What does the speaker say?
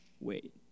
wait